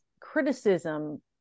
criticism